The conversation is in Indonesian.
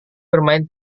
bermain